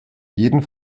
jeden